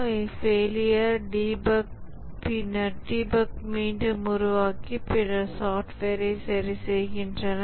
அவை failure debug பின்னர் debug மீண்டும் உருவாக்கி பின்னர் சாஃப்ட்வேரை சரிசெய்கின்றன